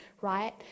right